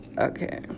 Okay